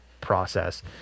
process